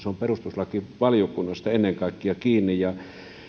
on perustuslakivaliokunnasta ennen kaikkea kiinni ja